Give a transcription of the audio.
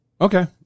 Okay